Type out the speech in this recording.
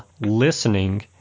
listening